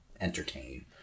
entertain